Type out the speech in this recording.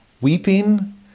weeping